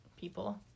people